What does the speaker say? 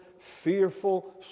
fearful